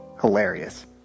hilarious